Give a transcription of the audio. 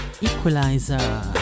equalizer